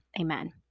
amen